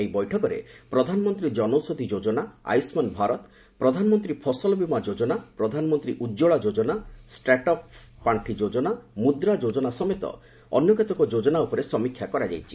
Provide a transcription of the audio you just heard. ଏହି ବୈଠକରେ Pradhan Mantri Jan Aushadhi Yojana Ayushman Bharat Pradhan Mantri Fasal Bima Yojana Pradhan Mantri Ujjwala Yojana start up ପାର୍ଷି ଯୋଜନା ମୁଦ୍ରା ଯୋଜନା ସମେତ ଅନେକ ଯୋଜନା ଉପରେ ସମୀକ୍ଷା କରାଯାଇଛି